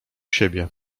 siebie